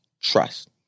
trust